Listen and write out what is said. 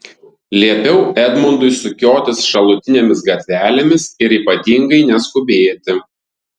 liepiau edmundui sukiotis šalutinėmis gatvelėmis ir ypatingai neskubėti